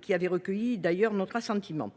qui avait d’ailleurs recueilli notre assentiment.